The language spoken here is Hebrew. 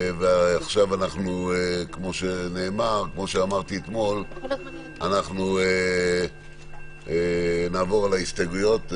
ועכשיו כמו שאמרתי אתמול אנחנו נעבור על ההסתייגויות.